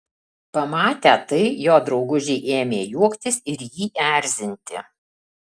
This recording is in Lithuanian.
pamatę tai jo draugužiai ėmė juoktis ir jį erzinti